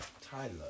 Tyler